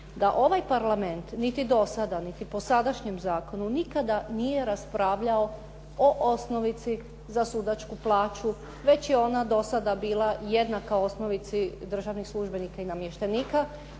da ovaj Parlament niti do sada, niti po sadašnjem zakonu nikada nije raspravljao o osnovici za sudačku plaću, već je ona do sada bila jednaka osnovici državnih službenika i namještenika